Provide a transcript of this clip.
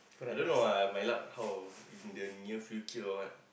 I don't know ah my luck how in the near future or what